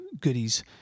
goodies